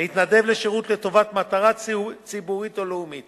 להתנדב לשירות לטובת מטרה ציבורית או לאומית